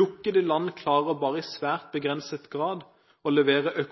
Lukkede land klarer bare i svært begrenset grad å levere